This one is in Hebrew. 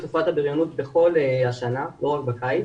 תופעת הבריונות במשך כל השנה ולא רק בקיץ